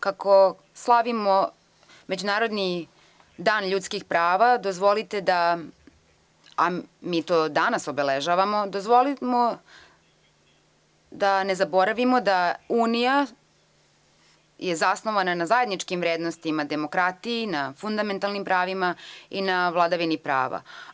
Kako slavimo Međunarodni dan ljudskih prava, a mi to danas obeležavamo, dozvolimo da ne zaboravimo da je unija zasnovana na zajedničkim vrednostima, na demokratiji, na fundamentalnim pravima i na vladavini prava.